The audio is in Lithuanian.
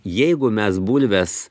jeigu mes bulves